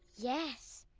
yes!